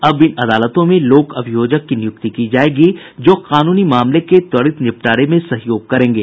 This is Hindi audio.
अब इन अदालतों में लोक अभियोजक की नियुक्ति की जायेगी जो कानूनी मामले के त्वरित निपटारे में सहयोग करेंगे